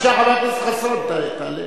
בבקשה, חבר הכנסת חסון, תעלה.